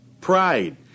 pride